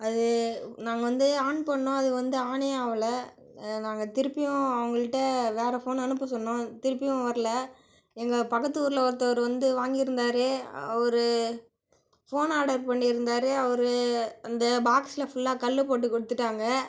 அது நாங்கள் வந்து ஆன் பண்ணோம் அது வந்து ஆனே ஆகல நாங்கள் திருப்பியும் அவங்கள்ட்ட வேறு ஃபோன் அனுப்ப சொன்னோம் திருப்பியும் வரலை எங்கள் பக்கத்து ஊரில் ஒருத்தவர் வந்து வாங்கிருந்தாரு அவரு ஃபோன் ஆர்டர் பண்ணியிருந்தாரு அவரு அந்த பாக்ஸில் ஃபுல்லா கல்லு போட்டு கொடுத்துட்டாங்க